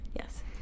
Yes